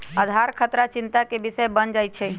आधार खतरा चिंता के विषय बन जाइ छै